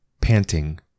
Panting